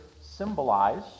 symbolize